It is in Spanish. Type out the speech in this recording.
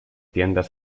tiendas